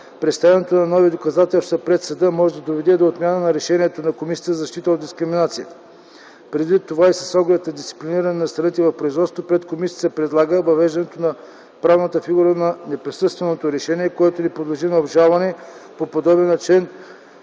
Представянето на нови доказателства пред съда може да доведе до отмяна на решението на Комисията за защита от дискриминация. Предвид това и с оглед на дисциплиниране на страните в производството пред комисията се предлага въвеждане на правната фигура на неприсъствено решение, което не подлежи на обжалване, по подобие на чл.